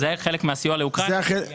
זה חלק מהסיוע לאוקראינה.